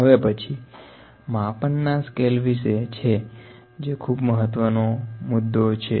હવે પછી માપન ના સ્કેલ વિશે છે જે ખૂબ મહત્વના છે